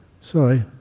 sorry